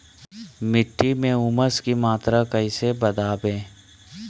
मिट्टी में ऊमस की मात्रा कैसे बदाबे?